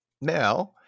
Now